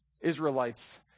Israelites